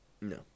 No